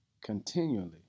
continually